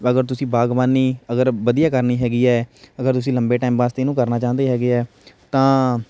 ਅਗਰ ਤੁਸੀਂ ਬਾਗਬਾਨੀ ਅਗਰ ਵਧੀਆ ਕਰਨੀ ਹੈਗੀ ਹੈ ਅਗਰ ਤੁਸੀਂ ਲੰਬੇ ਟਾਈਮ ਵਾਸਤੇ ਇਹਨੂੰ ਕਰਨਾ ਚਾਹੁੰਦੇ ਹੈਗੇ ਆ ਤਾਂ